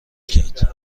کرد